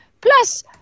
Plus